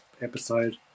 episode